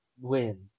win